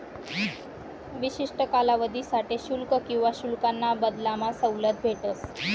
विशिष्ठ कालावधीसाठे शुल्क किवा शुल्काना बदलामा सवलत भेटस